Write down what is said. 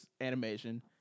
animation